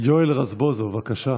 יואל רזבוזוב, בבקשה.